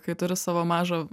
kai turi savo mažą